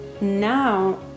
now